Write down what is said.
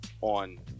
On